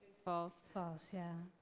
false. false, yeah.